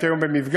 הייתי היום במפגש